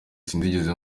sinigeze